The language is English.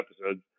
episodes